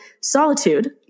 solitude